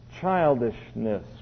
childishness